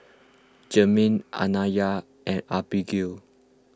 Germaine Anaya and Abagail